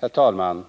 Herr talman!